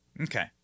Okay